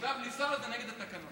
שישיבה בלי שר זה נגד התקנון.